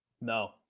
No